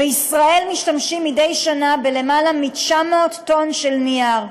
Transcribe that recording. בישראל משתמשים מדי שנה בלמעלה מ-900 טונות של נייר.